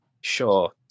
sure